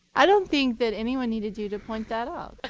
i don't think that anyone needed you to point that out.